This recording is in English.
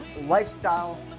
lifestyle